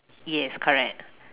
yes correct